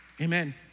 Amen